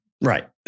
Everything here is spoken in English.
right